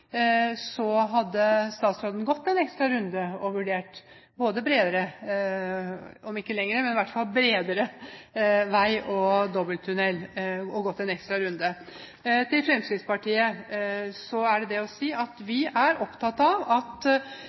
så hadde statsråden gått en ekstra runde og vurdert bredere – om ikke lengre, så i hvert fall bredere – vei og dobbel tunnel. Til Fremskrittspartiet så er det det å si at vi er opptatt av at